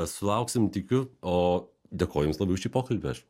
sulauksim tikiu o dėkoju jums labai už šį pokalbį aš